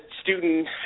student